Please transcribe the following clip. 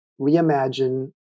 reimagine